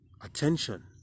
attention